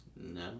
No